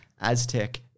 Aztec